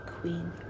Queen